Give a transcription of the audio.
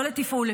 לא לתפעול,